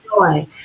joy